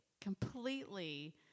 completely